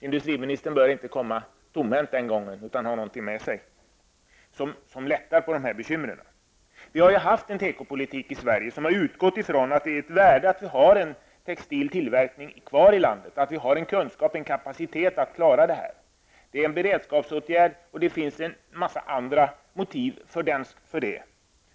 Industriministern bör inte komma tomhänt utan ha något med sig som lättar på problemen där. Vi har en tekopolitik i Sverige som har utgått från att det är av värde att vi har en textiltillverkning kvar i landet, har kunskap och kapacitet. Det är en beredskapsåtgärd. Det finns många andra motiv till det.